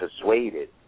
persuaded